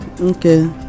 okay